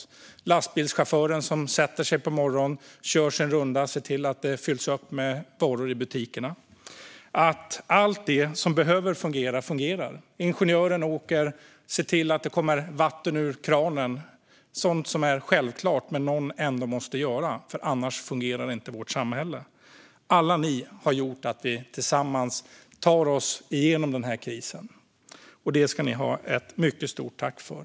Det är lastbilschauffören som på morgonen kör sin runda för att se till att butikerna fylls på med varor. Det är alla som ser till att allt det som behöver fungera också fungerar. Det är ingenjörer som ser till att det kommer vatten ur kranen. Det är sådant som är självklart, men någon måste göra det. Annars fungerar inte vårt samhälle. Alla ni gör så att vi tillsammans tar oss igenom krisen. Det ska ni ha ett mycket stort tack för.